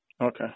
Okay